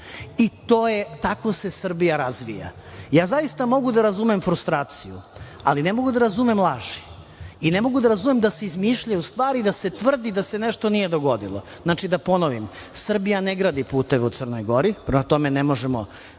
i tako se Srbija razvija. Ja zaista mogu da razumem frustraciju, ali ne mogu da razumem laži i ne mogu da razumem da se izmišljaju stvari i da se tvrdi da se nešto nije dogodilo. Znači, da ponovim, Srbija ne gradi puteve u Crnoj Gori, prema tome nismo